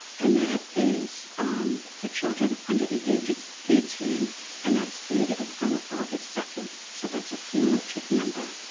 and that is for children under the ages of eighteen and that's data through august second. so that's a cumulative number.